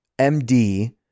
MD